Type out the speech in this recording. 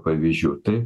pavyzdžių tai